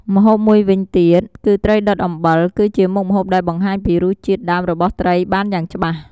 ម្ហូបមួយវិញទៀត គឺត្រីដុតអំបិល គឺជាមុខម្ហូបដែលបង្ហាញពីរសជាតិដើមរបស់ត្រីបានយ៉ាងច្បាស់។